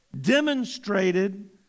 demonstrated